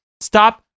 stop